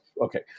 Okay